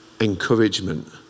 encouragement